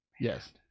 Yes